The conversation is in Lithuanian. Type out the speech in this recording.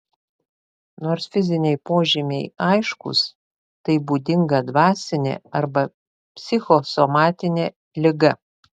nors fiziniai požymiai aiškūs tai būdinga dvasinė arba psichosomatinė liga